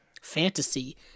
fantasy